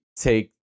take